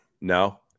No